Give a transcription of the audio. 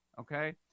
okay